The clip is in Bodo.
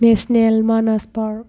national Manas park